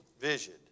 vision